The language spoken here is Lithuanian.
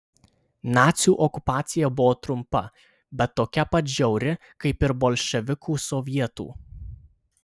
nacių okupacija buvo trumpa bet tokia pat žiauri kaip ir bolševikų sovietų